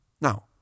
Now